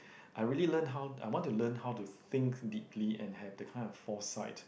I really learn how I want to learn how to think deeply and have that type of foresight